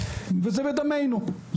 וזה בדמנו.